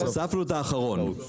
הוספנו את האחרון.